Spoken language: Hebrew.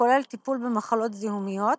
וכולל טיפול במחלות זיהומיות,